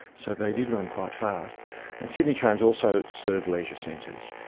so they did run quite fast. and sydney trams also served leisure centres.